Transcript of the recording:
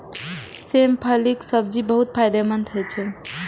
सेम फलीक सब्जी बहुत फायदेमंद होइ छै